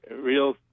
real